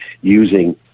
using